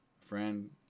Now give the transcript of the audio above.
Friend